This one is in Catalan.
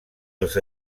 els